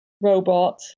robot